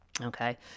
Okay